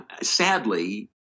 Sadly